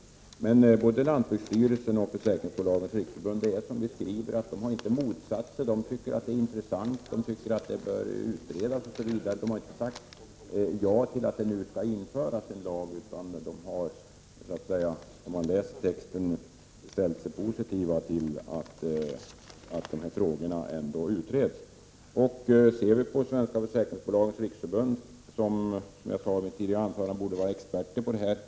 Men både lantbruksstyrelsen och Svenska försäkringsbolags riksförbund skriver att de inte har motsatt sig förslaget, att de anser det vara intressant och att det bör utredas. De har inte sagt att en lag nu skall införas, men de har läst i motionerna och de ställer sig positiva till att frågorna ändå utreds. Svenska försäkringsbolags riksförbund borde, som jag tidigare sade, vara experter på detta område.